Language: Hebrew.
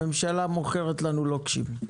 הממשלה מוכרת לנו לוקשים.